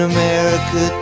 America